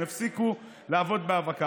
הם יפסיקו לעבוד בהאבקה.